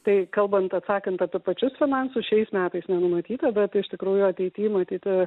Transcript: tai kalbant atsakant apie pačius finansus šiais metais nenumatyta bet iš tikrųjų ateity matyt